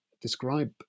describe